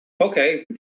Okay